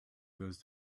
goes